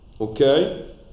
okay